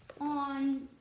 on